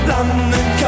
London